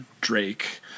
Drake